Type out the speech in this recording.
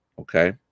Okay